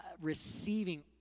receiving